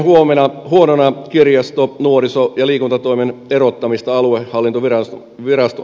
pidimme huonona kirjasto nuoriso ja liikuntatoimen erottamista aluehallintoviraston tehtävistä